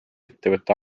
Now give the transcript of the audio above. ettevõtete